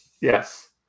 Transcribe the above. Yes